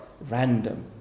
random